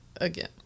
Again